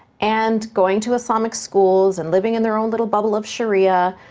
and going to islamic schools, and living in their own little bubble of sharia.